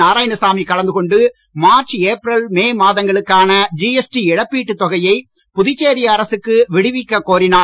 நாராய்ணசாமி கலந்துகொண்டு March April May மாதங்களுக்கான GST இழப்பீட்டுத் தொகையை புதுச்சேரி அரசுக்கு விடுவிக்கக் கோரினார்